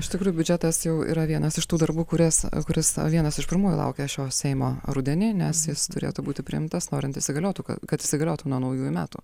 iš tikrųjų biudžetas jau yra vienas iš tų darbų kurias kuris a vienas iš pirmųjų laukia šio seimo rudenį nes jis turėtų būti priimtas norint įsigaliotų kad įsigaliotų nuo naujųjų metų